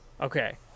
Okay